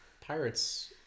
Pirates